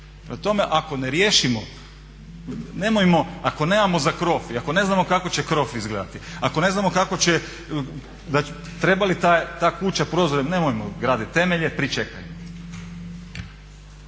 tome ako ne riješimo, nemojmo ako nemamo za krov i ako ne znamo kako će krov izgledati, ako ne znamo kako će, treba li ta kuća prozore nemojmo gradit temelje, pričekajmo.